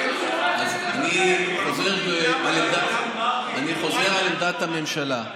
אני חוזר על עמדת הממשלה.